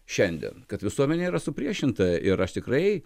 šiandien kad visuomenė yra supriešinta ir aš tikrai